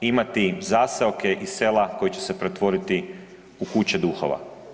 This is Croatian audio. imati zaseoke i sela koji će se pretvoriti u kuće duhova.